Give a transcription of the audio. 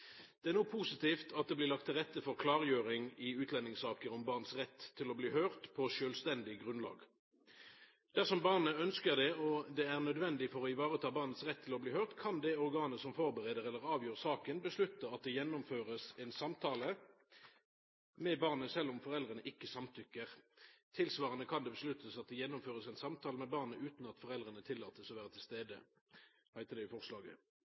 Det er no positivt at det blir lagt til rette for klargjering i utlendingssaker om barn sin rett til å bli høyrde på sjølvstendig grunnlag. Det heiter i forslaget: «Dersom barnet ønsker det og det er nødvendig for å ivareta barnets rett til å bli hørt, kan det organet som forbereder eller avgjør saken, beslutte at det skal gjennomføres en samtale med barnet selv om foreldrene ikke samtykker. Tilsvarende kan det besluttes at det skal gjennomføres en samtale med barnet uten at foreldrene tillates å være til stede.» Det